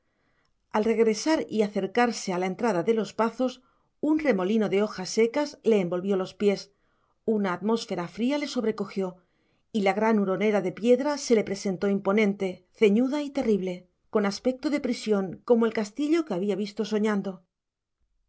al regresar y acercarse a la entrada de los pazos un remolino de hojas secas le envolvió los pies una atmósfera fría le sobrecogió y la gran huronera de piedra se le presentó imponente ceñuda y terrible con aspecto de prisión como el castillo que había visto soñando